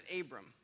Abram